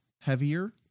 heavier